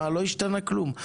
לא השתנה כלום.